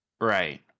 right